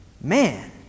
Man